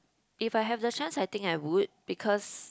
if I have the chance I think I would because